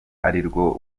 arirwo